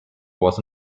was